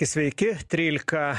sveiki trylika